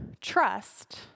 trust